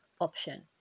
option